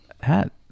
hat